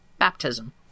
baptism